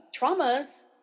traumas